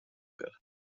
wird